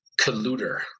colluder